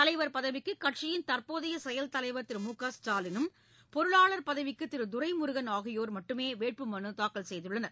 தலைவர் பதவிக்கு கட்சியின் தற்போதைய செயல் தலைவர் திரு மு க ஸ்டாலினும் பொருளாளர் பதவிக்கு திரு துரைமுருகள் ஆகியோர் மட்டுமே வேட்பு மனு தாக்கல் செய்துள்ளனர்